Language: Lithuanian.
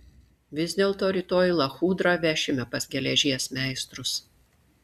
vis dėlto rytoj lachudrą vešime pas geležies meistrus